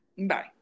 Bye